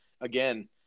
again